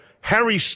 Harry